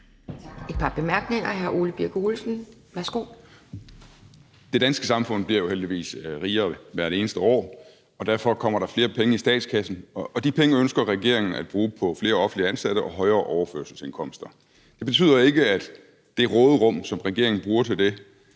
Det danske samfund bliver jo heldigvis rigere hvert eneste år, og derfor kommer der flere penge i statskassen. De penge ønsker regeringen at bruge på flere offentligt ansatte og højere overførselsindkomster. Det, at regeringen bruger det